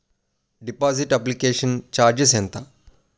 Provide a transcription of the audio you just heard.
Deposit application charges ఎంత?